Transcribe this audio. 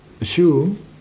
assume